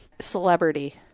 Celebrity